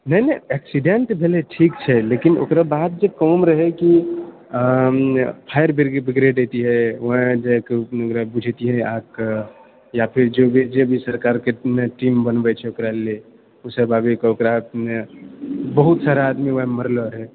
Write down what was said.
नहि नहि एक्सीडेंट भेलै ठीक छै लेकिन ओकराबाद जे काम रहै की फायर ब्रिगेड अइतिऐ ओएह जाके बुझबितिऐ आगिके या जे फिर भी सरकारमे टीम बनबै छै ओकरा लिए ओ सब आबएके ओकरा बहुत सारा आदमी ओहिमे मरलो रहए